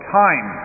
time